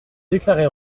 déclaré